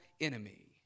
enemy